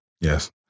Yes